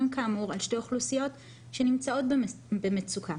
כאמור על שתי אוכלוסיות שנמצאות במצוקה